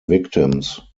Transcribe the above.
victims